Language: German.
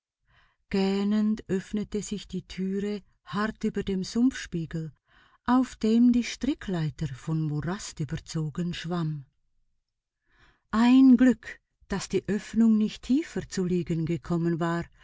gähnend öffnete sich die türe hart über dem sumpfspiegel auf dem die strickleiter von morast überzogen schwamm ein glück daß die öffnung nicht tiefer zu liegen gekommen war